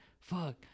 fuck